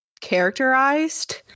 characterized